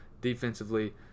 defensively